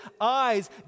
eyes